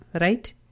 right